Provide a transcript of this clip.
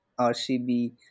RCB